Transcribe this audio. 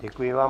Děkuji vám.